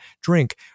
drink